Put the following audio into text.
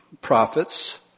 prophets